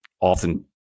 often